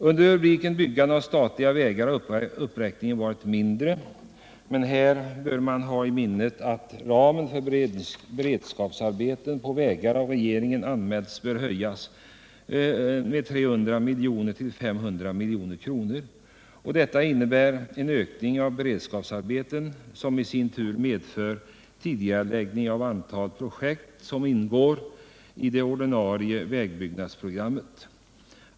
; Under rubriken Byggande av statliga vägar har uppräkningen varit mindre, men här bör man ha i minnet att regeringen anmält att ramen för beredskapsarbeten på vägar bör höjas med 300 milj.kr. till 500 milj.kr. Detta innebär en ökning av beredskapsarbetena, vilket i sin tur medför tidigareläggning av ett stort antal projekt som ingår i det ordinarie vägbyggnadsprogrammet.